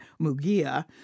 Mugia